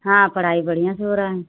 हाँ पढ़ाई बढ़िया से हो रहा है